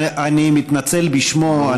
אני מתנצל בשמו,